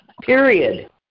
Period